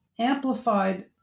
amplified